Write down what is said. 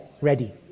ready